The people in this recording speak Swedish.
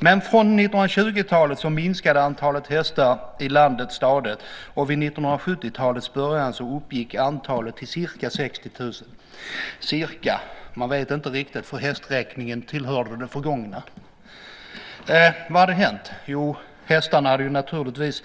Men från 1920-talet minskade antalet hästar i landet stadigt. Vid 1970-talets början uppgick antalet till ca 60 000. Man vet inte riktigt hur många det var eftersom hästräkningen tillhörde det förgångna. Vad hade hänt? Jo, hästarnas arbete hade naturligtvis